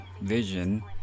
vision